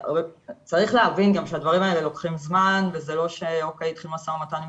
צריך להבין שהדברים האלה לוקחים זמן וזה לא שהתחיל משא ומתן עם